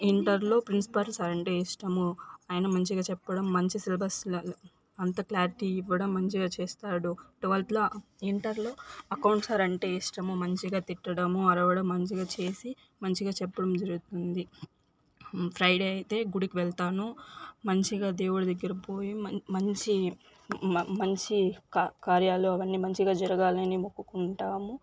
ఇంటర్లో principal sir అంటే ఇష్టము ఆయన మంచిగా చెప్పడం మంచి సిలబస్ అంతా క్లారిటీ ఇవ్వడం మంచిగా చేస్తాడు టూవెల్త్లో ఇంటర్లో అకౌంట్ సార్ అంటే ఇష్టము మంచిగా తిట్టడం అరవడం మంచిగా చేసి మంచిగా చెప్పడం జరుగుతుంది ఫ్రైడే అయితే గుడికి వెళ్తాను మంచిగా దేవుడు దగ్గర పోయి మ మంచి మ మంచి కా కార్యాలు అవన్నీ మంచిగా జరగాలని మొక్కుకుంటాము